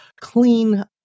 clean